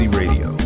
radio